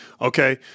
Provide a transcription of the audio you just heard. Okay